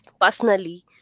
personally